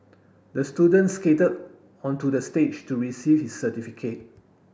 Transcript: the student skated onto the stage to receive his certificate